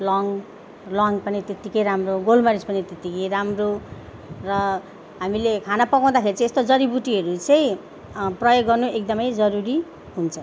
ल्वाङ ल्वाङ पनि त्यत्तिकै राम्रो गोलमरिच पनि त्यत्तिकै राम्रो र हामीले खाना पकाउँदाखेरि चाहिँ यस्तो जरिबुट्टीहरू चाहिँ प्रयोग गर्नु एकदमै जरुरी हुन्छ